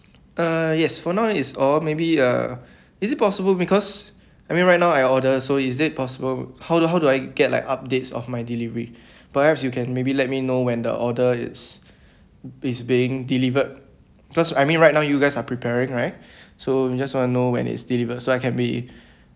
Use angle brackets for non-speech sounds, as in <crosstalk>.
uh yes for now is all maybe uh is it possible because I mean right now I order so is it possible how do how do I get like updates of my delivery <breath> perhaps you can maybe let me know when the order is is being delivered because I mean right now you guys are preparing right <breath> so just want know when it's delivered so I can be <breath>